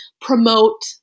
promote